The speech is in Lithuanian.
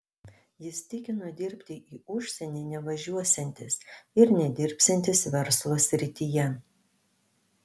jis tikino dirbti į užsienį nevažiuosiantis ir nedirbsiantis verslo srityje